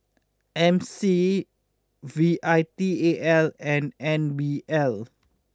M C V I T A L and N B L